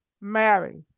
Mary